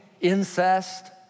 incest